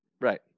Right